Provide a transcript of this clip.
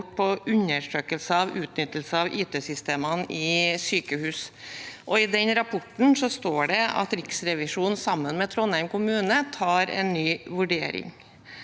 på undersøkelse av utnyttelse av IT-systemene i sykehus. I rapporten står det at Riksrevisjonen sammen med Trondheim kommune tar en ny vurdering.